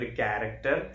character